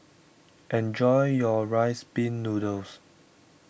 enjoy your Rice Pin Noodles